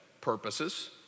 purposes